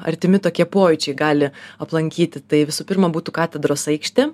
artimi tokie pojūčiai gali aplankyti tai visų pirma būtų katedros aikštė